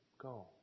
Go